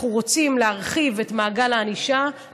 אנחנו רוצים להרחיב את מעגל הענישה,